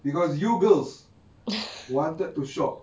because you girls wanted to shop